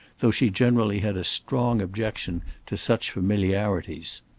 though she generally had a strong objection to such familiarities.